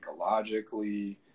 ecologically